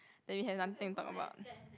that we have something to talk about